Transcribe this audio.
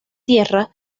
tierra